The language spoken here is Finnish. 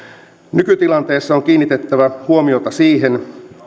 nykytilanteessa on kiinnitettävä huomiota siihen